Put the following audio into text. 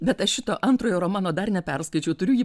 bet šito antrojo romano dar neperskaičiau turiu jį